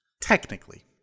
Technically